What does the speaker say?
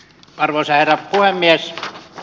arvoisa herra puhemies